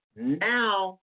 Now